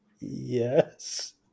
yes